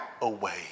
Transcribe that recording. away